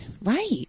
Right